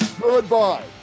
goodbye